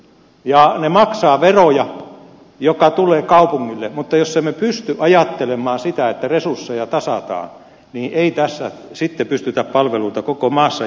ne maksavat veroja jotka tulevat kaupungille mutta jos emme pysty ajattelemaan sitä että resursseja tasataan niin ei tässä sitten pystytä palveluita koko maassa järjestämään